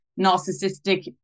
narcissistic